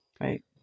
Right